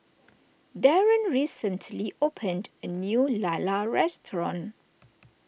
Deron recently opened a new Lala restaurant